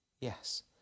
Yes